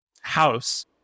house